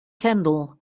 kendall